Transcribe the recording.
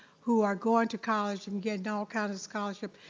who are going to college and getting all kind of scholarships,